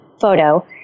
photo